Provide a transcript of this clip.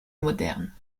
moderne